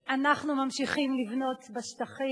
אנחנו ממשיכים לבנות בשטחים,